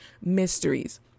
mysteries